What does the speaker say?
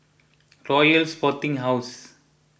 Royal Sporting House